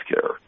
care